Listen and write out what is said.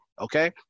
okay